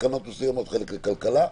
חלק לכלכלה,